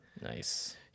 nice